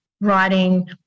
writing